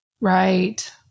Right